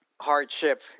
hardship